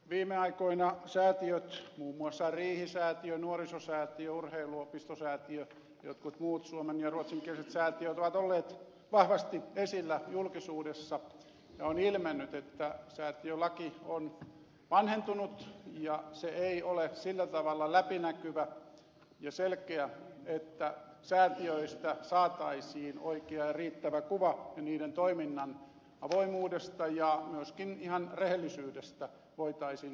viime aikoina säätiöt muun muassa riihi säätiö nuorisosäätiö urheiluopistosäätiö jotkut muut suomen ja ruotsinkieliset säätiöt ovat olleet vahvasti esillä julkisuudessa ja on ilmennyt että säätiölaki on vanhentunut ja se ei ole sillä tavalla läpinäkyvä ja selkeä että säätiöistä saataisiin oikea ja riittävä kuva ja niiden toiminnan avoimuudesta ja myöskin ihan rehellisyydestä voitaisiin olla varmoja